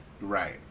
right